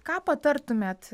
ką patartumėt